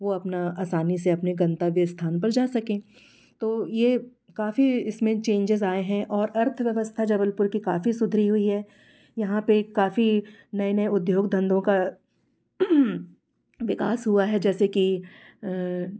वो अपना आसानी से अपने गंतव्य स्थान पर जा सकें तो ये काफ़ी इसमें चेंजिज़ आए हैं और अर्थव्यवस्था जबलपुर की काफ़ी सुधरी हुई है यहाँ पे काफ़ी नए नए उद्योग धंधों का विकास हुआ है जैसे कि